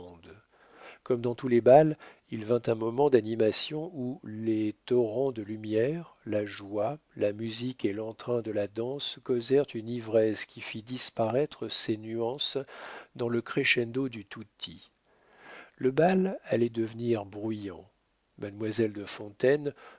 comme dans tous les bals il vint un moment d'animation où les torrents de lumière la joie la musique et l'entrain de la danse causèrent une ivresse qui fit disparaître ces nuances dans le crescendo du tutti le bal allait devenir bruyant mademoiselle de fontaine